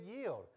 yield